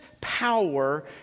power